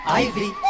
ivy